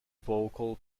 vocal